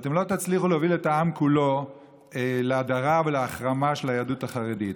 ואתם לא תצליחו להוביל את העם כולו להדרה ולהחרמה של היהדות החרדית.